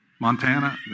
Montana